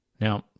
Now